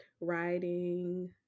writing